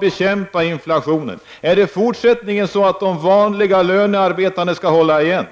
bekämpa inflationen? Kommer det i fortsättningen att vara så att det är de vanliga lönearbetande som skall hålla igen?